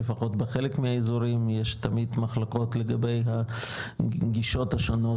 לפחות בחלק מהאזורים יש תמיד מחלוקות לגבי הגישות השונות,